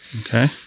okay